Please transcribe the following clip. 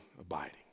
abiding